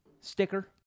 sticker